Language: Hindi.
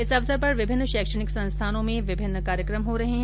इस अवसर पर विभिन्न शैक्षिक संस्थानों में विभिन्न कार्यक्रम आयोजित किये जा रहे है